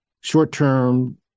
short-term